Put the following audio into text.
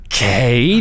Okay